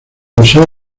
usó